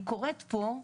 אני קוראת פה,